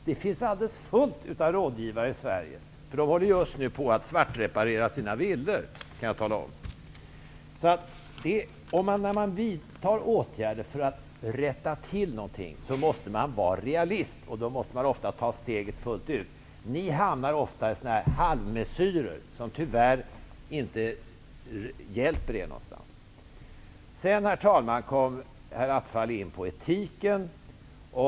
Det finns fullt av rådgivare i Sverige. De håller just nu på att reparera sina villor svart, kan jag tala om. När man vidtar åtgärder för att rätta till någonting måste man vara realist, och man måste ofta ta steget fullt ut. Ni hamnar ofta i sådana här halvmessyrer som tyvärr inte hjälper er någonstans. Herr talman! Sedan kom herr Attefall in på etiken.